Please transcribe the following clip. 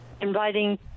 inviting